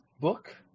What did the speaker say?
book